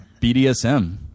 BDSM